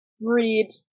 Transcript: read